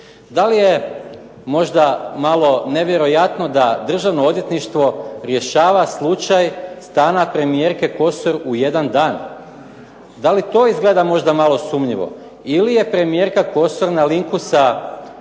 da li je možda malo nevjerojatno da Državno odvjetništvo rješava slučaj stana premijerke Kosor u jedan dan. Da li to izgleda možda malo sumnjivo? Ili je premijerka Kosor na linku sa